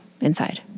inside